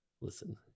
listen